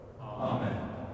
Amen